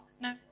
No